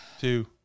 two